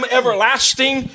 everlasting